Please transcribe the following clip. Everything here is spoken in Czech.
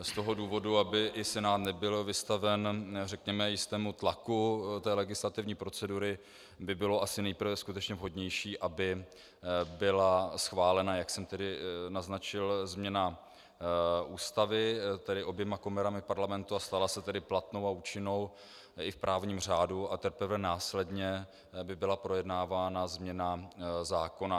Z toho důvodu, aby Senát nebyl vystaven, řekněme, jistému tlaku legislativní procedury, by bylo asi nejprve skutečně vhodnější, aby byla schválena, jak jsem naznačil, změna Ústavy oběma komorami Parlamentu a stala se tedy platnou a účinnou i v právním řádu, a teprve následně by byla projednávána změna zákona.